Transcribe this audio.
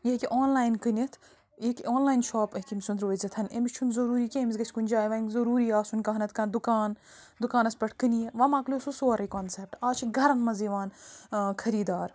یہِ ہیٚکہِ آنلایَن کٕنِتھ یہِ ہیٚکہِ آنلایَن شاپ ہیٚکہِ أمۍ سُنڈ روزِتھ أمس چھُ نہٕ ضُروری کہِ أمِس گَژھِ کُنہِ جایہِ وۄنۍ ضُروری آسُن کانٛہہ نَہ تہٕ کانٛہہ دُکان دُکانس پٮ۪ٹھ کٕنہِ یہِ وۄنۍ مۄکلیو سُہ سورٕے کانسپٹ آز چھِ گَرن منٛز یِوان خٔری دار